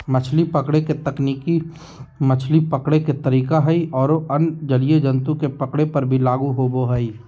मछली पकड़े के तकनीक मछली पकड़े के तरीका हई आरो अन्य जलीय जंतु के पकड़े पर भी लागू होवअ हई